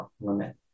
limit